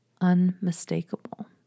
unmistakable